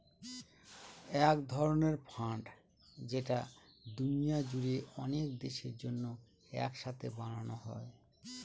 এক ধরনের ফান্ড যেটা দুনিয়া জুড়ে অনেক দেশের জন্য এক সাথে বানানো হয়